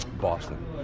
Boston